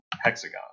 hexagon